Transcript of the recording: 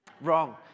Wrong